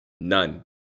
None